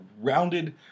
rounded